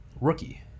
Rookie